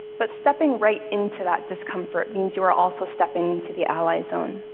but stepping right into that discomfort means you are also stepping into the ally zone.